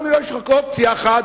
לנו יש רק אופציה אחת,